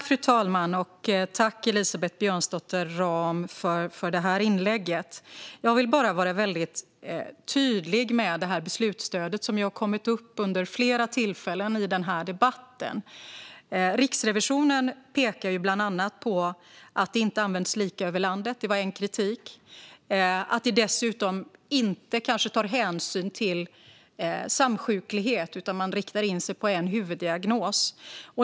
Fru talman! Jag tackar Elisabeth Björnsdotter Rahm för detta inlägg. Jag vill bara vara mycket tydlig med det beslutsstöd som har tagits upp vid flera tillfällen i denna debatt. Riksrevisionen pekar bland annat på att det inte används lika över landet. Det var en kritik. Det tar dessutom kanske inte hänsyn till samsjuklighet, utan man riktar in sig på en huvuddiagnos.